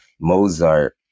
mozart